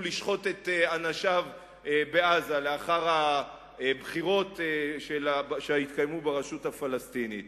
לשחוט את אנשיו בעזה לאחר הבחירות שהתקיימו ברשות הפלסטינית.